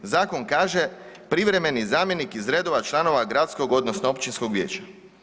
Zakon kaže, privremeni zamjenik iz redova članova gradskog odnosno općinskog vijeća.